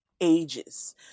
ages